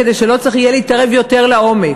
כדי שלא צריך יהיה להתערב יותר לעומק.